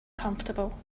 comfortable